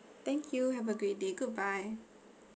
thank you have a great day goodbye